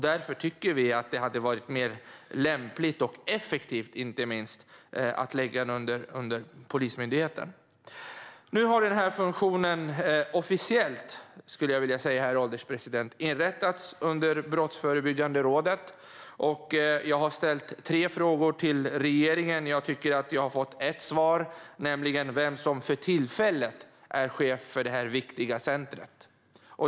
Därför tycker vi att det hade varit mer lämpligt, och inte minst effektivt, att lägga detta under Polismyndigheten. Nu har funktionen officiellt, skulle jag vilja säga, inrättats under Brottsförebyggande rådet, herr ålderspresident. Jag har ställt tre frågor till regeringen, och jag tycker att jag har fått ett svar: vem som för tillfället är chef för detta viktiga centrum.